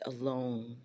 alone